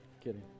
Kidding